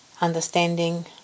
understanding